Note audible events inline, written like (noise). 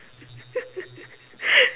(laughs)